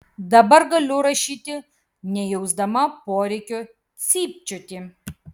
dabar galiu rašyti nejausdama poreikio cypčioti